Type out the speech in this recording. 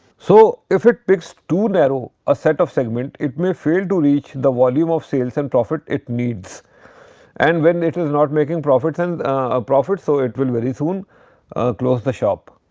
so, if it picks too narrow a set of segment, it may fail to reach the volume of sales and profit it needs and when it is not making profits and ah profits so, it will very soon a close the shop.